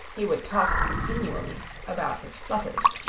he would talk continually about his flutters.